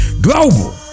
Global